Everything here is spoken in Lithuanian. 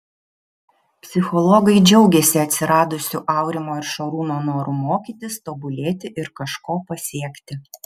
psichologai džiaugiasi atsiradusiu aurimo ir šarūno noru mokytis tobulėti ir kažko pasiekti